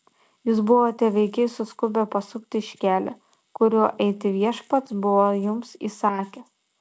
jūs buvote veikiai suskubę pasukti iš kelio kuriuo eiti viešpats buvo jums įsakęs